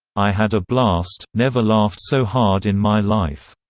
i had a blast, never laughed so hard in my life.